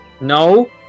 No